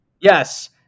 Yes